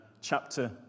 chapter